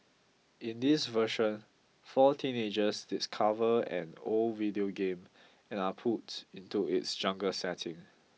in this version four teenagers discover an old video game and are pulled into its jungle setting